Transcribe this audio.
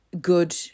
good